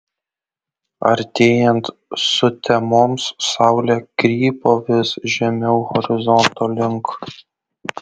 artėjant sutemoms saulė krypo vis žemiau horizonto link